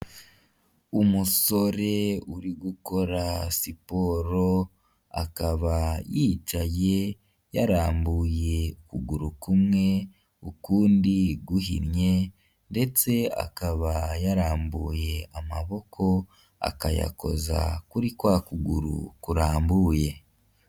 Umusore uri gukora siporo, akaba yicaye yarambuye ukuguru kumwe, ukundi guhinnye ndetse akaba yarambuye amaboko akayakoza kuri kwa kuguru kurambuye.